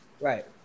right